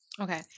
okay